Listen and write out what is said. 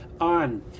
on